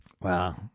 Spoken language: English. Wow